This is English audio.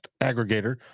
aggregator